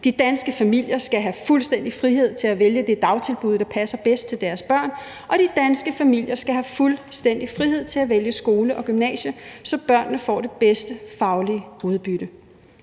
De danske familier skal have fuldstændig frihed til at vælge det dagtilbud, der passer bedst til deres børn, og de danske familier skal have fuldstændig frihed til at vælge skole og gymnasie, så børnene får det bedste faglige udbytte.